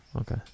Okay